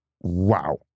Wow